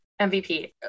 MVP